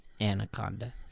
Anaconda